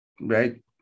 right